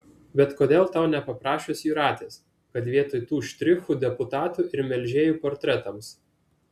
bet kodėl tau nepaprašius jūratės kad vietoj tų štrichų deputatų ir melžėjų portretams